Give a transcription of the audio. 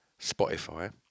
Spotify